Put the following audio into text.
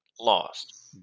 lost